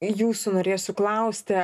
jūsų norėsiu klausti